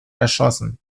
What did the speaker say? erschossen